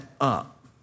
up